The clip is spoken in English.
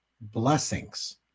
Blessings